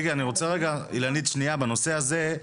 בנושא הזה,